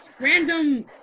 random